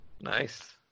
Nice